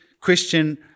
Christian